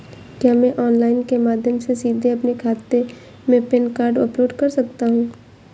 क्या मैं ऑनलाइन के माध्यम से सीधे अपने खाते में पैन कार्ड अपलोड कर सकता हूँ?